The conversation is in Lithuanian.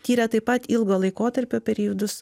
tyrė taip pat ilgo laikotarpio periodus